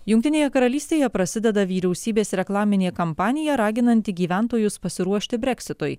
jungtinėje karalystėje prasideda vyriausybės reklaminė kampanija raginanti gyventojus pasiruošti breksitui